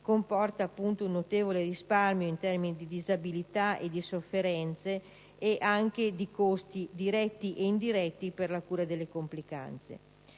comporta un notevole risparmio in termini di disabilità e di sofferenze, nonché di costi diretti e indiretti per la cura delle complicanze.